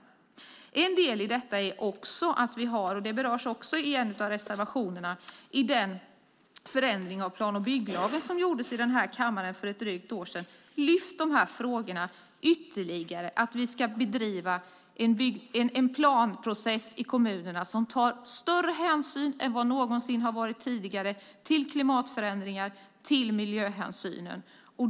En del i detta är också att vi har, och det berörs också i en av reservationerna, i den förändring av plan och bygglagen som gjordes i den här kammaren för ett drygt år sedan lyft upp de här frågorna ytterligare. Vi ska bedriva en planprocess i kommunerna som tar större hänsyn än någonsin tidigare till klimatförändringar, till miljöhänsynen.